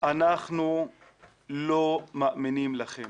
אנחנו לא מאמינים לכם